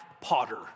Potter